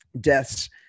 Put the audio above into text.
deaths